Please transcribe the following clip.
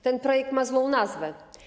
Ten projekt ma złą nazwę.